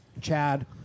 Chad